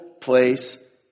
place